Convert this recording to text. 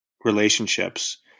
relationships